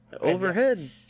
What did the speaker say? Overhead